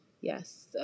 Yes